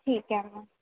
ठीके आहे मग